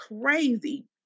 crazy